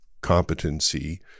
competency